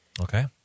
Okay